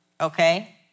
Okay